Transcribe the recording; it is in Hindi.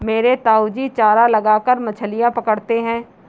मेरे ताऊजी चारा लगाकर मछलियां पकड़ते हैं